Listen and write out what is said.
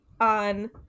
on